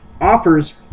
offers